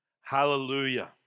hallelujah